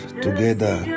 together